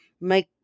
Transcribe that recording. make